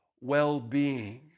well-being